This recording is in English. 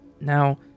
Now